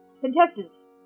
contestants